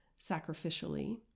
sacrificially